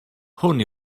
hwn